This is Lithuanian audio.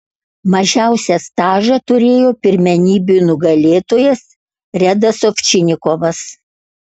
mažiausią stažą turėjo pirmenybių nugalėtojas redas ovčinikovas